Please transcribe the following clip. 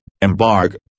Embark